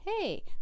hey